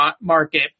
market